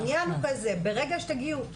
מאיפה יהיה תקציב ברגע שתגיעו?